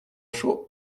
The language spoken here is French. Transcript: chaud